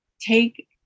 take